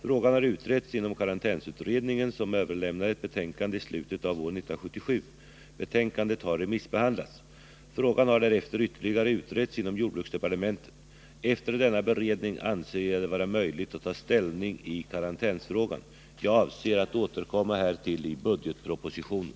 Frågan har utretts inom karantänsutredningen, som överlämnade ett betänkande i slutet av år 1977. Betänkandet har remissbehandlats. Frågan har därefter ytterligare utretts inom jordbruksdepartementet. Efter denna beredning anser jag det vara möjligt att ta ställning i karantänsfrågan. Jag avser att återkomma härtill i budgetpropositionen.